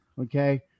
Okay